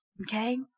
Okay